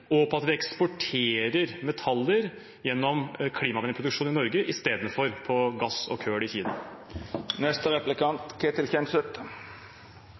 og på at vi eksporterer metaller gjennom klimavennlig produksjon i Norge istedenfor på gass og kull i Kina.